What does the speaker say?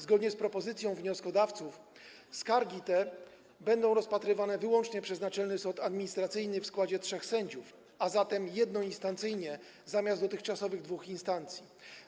Zgodnie z propozycją wnioskodawców skargi te będą rozpatrywane wyłącznie przez Naczelny Sąd Administracyjny w składzie trzech sędziów, a zatem jednoinstancyjnie zamiast dotychczasowych dwóch instancji.